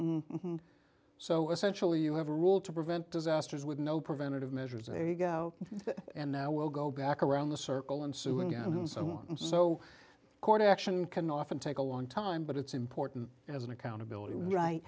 measures so essentially you have a rule to prevent disasters with no preventative measures there you go and now we'll go back around the circle and suing and so on and so court action can often take a long time but it's important as an accountability right